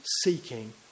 seeking